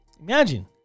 Imagine